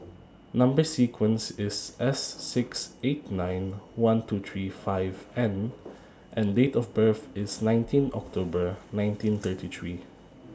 Number sequence IS S six eight nine one two three five N and Date of birth IS nineteen October nineteen thirty three